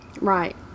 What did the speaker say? right